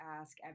ask